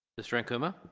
mister ankuma?